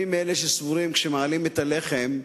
אני מאלה שסבורים שכאשר מעלים את מחיר הלחם,